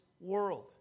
world